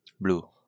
Blue